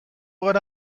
gara